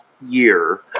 year